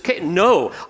No